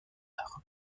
tard